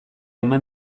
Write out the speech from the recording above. eman